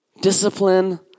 Discipline